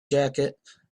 jacket